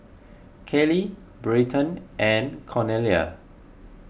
Kayley Bryton and Cornelia